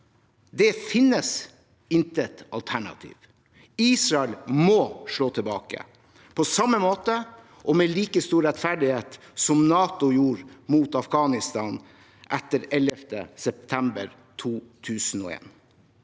Det finnes intet alternativ. Israel må slå tilbake, på samme måte og med like stor rettferdighet som NATO gjorde mot Afghanistan etter 11. september 2001.